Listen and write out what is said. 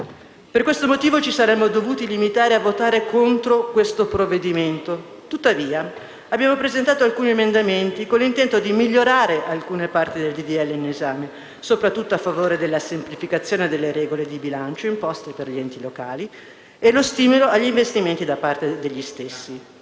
Per tale motivo ci saremmo dovuti limitare a votare contro questo provvedimento. Tuttavia, abbiamo presentato alcuni emendamenti con l'intento di migliorare alcune sue parti, soprattutto a favore della semplificazione delle regole di bilancio imposte per gli enti locali e dello stimolo agli investimenti da parte degli stessi.